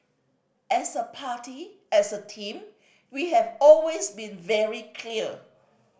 as a party as a team we have always been very clear